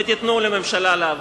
ותנו לממשלה לעבוד.